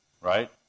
Right